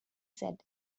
said